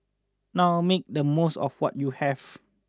now make the most of what you have